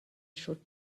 should